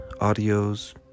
audios